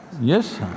Yes